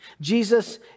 Jesus